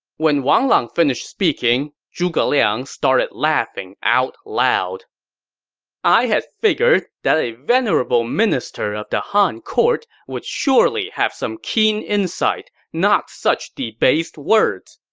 when wang lang finished speaking, zhuge liang started laughing out loud i had figured that a venerable minister of the han court would surely have some keen insight, not such debased words!